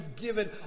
given